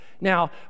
Now